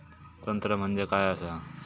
तंत्र म्हणजे काय असा?